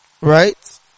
Right